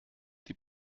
die